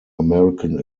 american